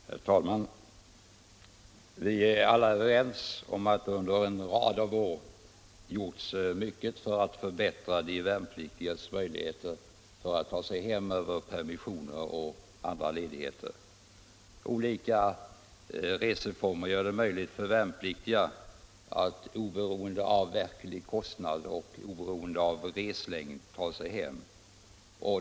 Herr talman! Vi är alla överens om att det under en rad av år har gjorts mycket för att förbättra de värnpliktigas möjligheter att resa hem över permissioner och andra ledigheter. Olika reseformer gör det möjligt för värnpliktiga att oberoende av verklig kostnad och oberoende av reslängd ta sig hem.